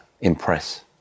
impress